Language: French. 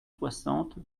soixante